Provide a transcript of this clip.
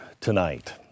tonight